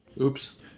oops